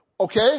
Okay